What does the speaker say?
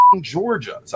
Georgia